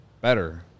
better